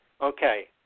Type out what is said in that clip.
Okay